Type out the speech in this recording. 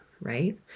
right